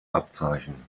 abzeichen